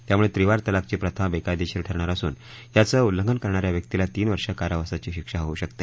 त्यामुळे त्रिवार तलाकची प्रथा बेकायदेशीर ठरणार असून याच उल्लेखि करणाऱ्या व्यक्तीला तीन वर्ष कारावासाची शिक्षा होऊ शकते